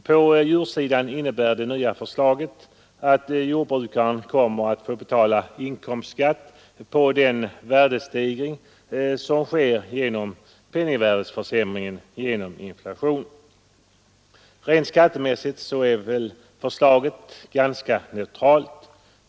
På djursidan innebär det nya förslaget att jordbrukarna kommer att få betala inkomstskatt på den värdestegring som sker genom penningvärdeförsämringen på grund av inflation. Rent skattemässigt är förslaget ganska neutralt.